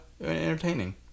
entertaining